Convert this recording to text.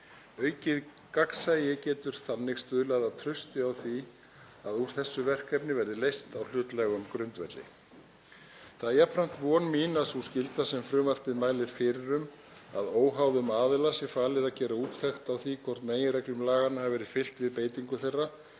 Aukið gagnsæi getur þannig stuðlað að trausti á því að úr þessu verkefni verði leyst á hlutlægum grundvelli. Það er jafnframt von mín að sú skylda sem frumvarpið mælir fyrir um, að óháðum aðila sé falið að gera úttekt á því hvort meginreglum laganna hafi verið fylgt við beitingu þeirra,